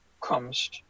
comes